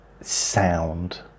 sound